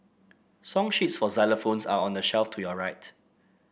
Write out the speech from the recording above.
song sheets for xylophones are on the shelf to your right